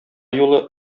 юлы